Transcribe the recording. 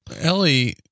Ellie